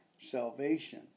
salvation